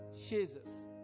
Jesus